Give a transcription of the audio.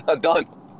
Done